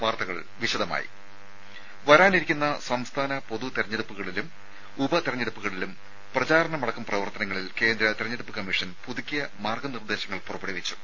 വാർത്തകൾ വിശദമായി വരാനിരിക്കുന്ന സംസ്ഥാന പൊതു തെരഞ്ഞെടുപ്പുകളിലും ഉപ തെരഞ്ഞെടുപ്പുകളിലും പ്രചാരണമടക്കം പ്രവർത്തനങ്ങളിൽ കേന്ദ്ര തെരഞ്ഞെടുപ്പ് കമ്മീഷൻ പുതുക്കിയ മാർഗ്ഗ നിർദ്ദേശങ്ങൾ പുറപ്പെടുവിച്ചു